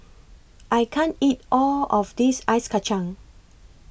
I can't eat All of This Ice Kachang